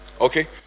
Okay